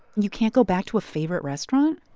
you can't go back to a favorite restaurant?